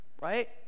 right